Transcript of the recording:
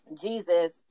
Jesus